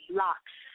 locks